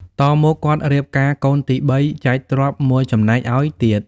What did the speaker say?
តមក គាត់រៀបការកូនទី ៣ ចែកទ្រព្យ ១ចំណែកឱ្យទៀត ។